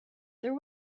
there